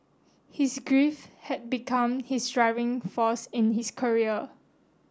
his grief had become his driving force in his career